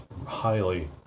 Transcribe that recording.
highly